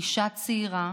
אישה צעירה,